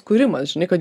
kūrimas žinia kad